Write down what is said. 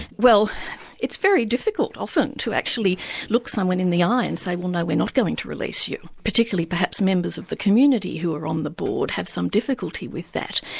well it's very difficult, often, to actually look someone in the eye, and say, well no, we're not going to release you particularly perhaps members of the community who are on um the board have some difficulty with that.